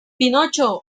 pinocho